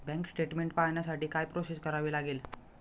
Bank statement पाहण्यासाठी काय process करावी लागेल?